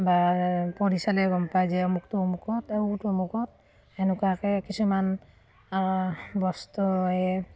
বা পঢ়ি চালেই গম পায় যে অমুকটো অমুকত আৰু তামুকটো আমুকত সেনেকুৱাকৈ কিছুমান